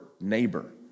neighbor